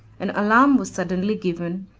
an alarm was suddenly given,